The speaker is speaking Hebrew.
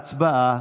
הצבעה.